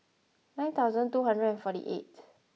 nine thousand two hundred and forty eighth